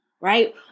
right